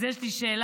אז יש לי שאלה: